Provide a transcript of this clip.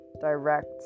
direct